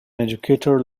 educator